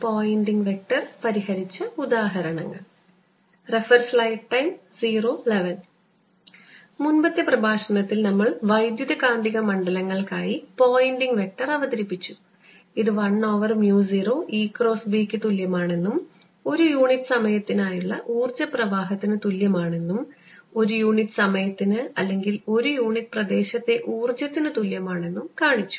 Poynting vector പരിഹരിച്ച ഉദാഹരണങ്ങൾ മുമ്പത്തെ പ്രഭാഷണത്തിൽ നമ്മൾ വൈദ്യുതകാന്തിക മണ്ഡലങ്ങൾക്കായി പോയിന്റിംഗ് വെക്റ്റർ അവതരിപ്പിച്ചു ഇത് 1 over mu 0 E cross B ക്ക് തുല്യമാണെന്നും ഒരു യൂണിറ്റ് സമയത്തിനായുള്ള ഊർജ്ജ പ്രവാഹത്തിന് തുല്യമാണെന്നും ഒരു യൂണിറ്റ് സമയത്തിന് അല്ലെങ്കിൽ ഒരു യൂണിറ്റ് പ്രദേശത്തെ ഊർജ്ജത്തിന് തുല്യമാണെന്നും കാണിച്ചു